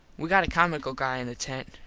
we got a comical guy in the tent.